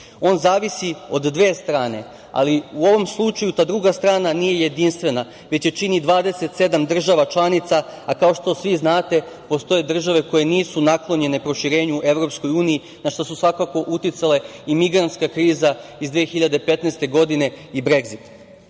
On zavisi od dve strane, ali u ovom slučaju ta druga strana nije jedinstvena, već je čini 27 država članica, a kao što svi znate, postoje države koje nisu naklonjene proširenju EU, na šta su svakako uticale i migrantska kriza iz 2015. godine i Bregzit. Bez